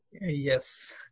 Yes